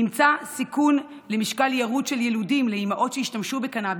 נמצא סיכון למשקל ירוד של יילודים לאימהות שהשתמשו בקנביס.